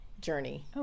journey